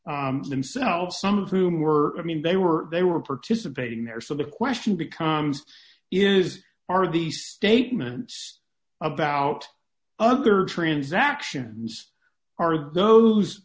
themselves some of whom were i mean they were they were participating there so the question becomes is are these statements about other transactions are